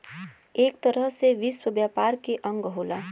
एक तरह से विश्व व्यापार के अंग होला